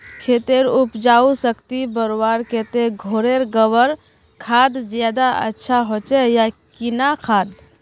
खेतेर उपजाऊ शक्ति बढ़वार केते घोरेर गबर खाद ज्यादा अच्छा होचे या किना खाद?